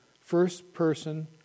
first-person